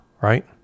right